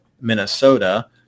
Minnesota